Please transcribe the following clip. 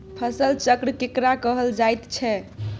फसल चक्र केकरा कहल जायत छै?